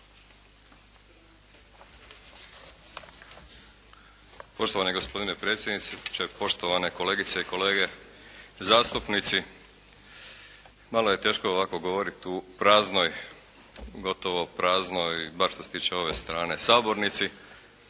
Poštovani gospodine predsjedniče, poštovane kolegice i kolege zastupnici. Malo je teško ovako govoriti u praznoj, gotovo praznoj, bar što se tiče ove strane sabornici,